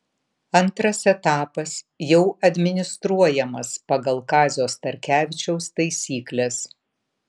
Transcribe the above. antras etapas jau administruojamas pagal kazio starkevičiaus taisykles